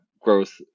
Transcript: growth